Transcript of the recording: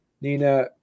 Nina